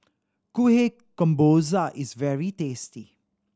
Kuih Kemboja is very tasty